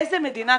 איזה מדינה,